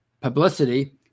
publicity